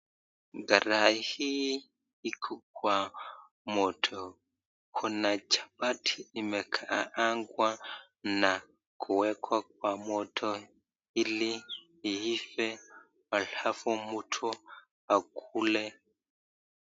Karai hii iko kwa moto. Kuna chapati imekaangwa na kuwekwa kwa moto ili iive alafu mtu akule.